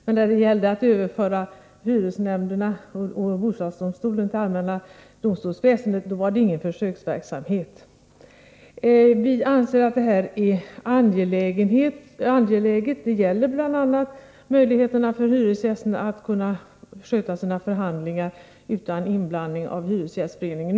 Men när det gällde att överföra hyresnämnderna och bostadsdomstolen till det allmänna domstolsväsendet var det inte fråga om någon försöksverksamhet. Vi anser att detta är angeläget. Det gäller bl.a. möjligheten för hyresgästerna att sköta sina förhandlingar utan inblandning av hyresgästföreningarna.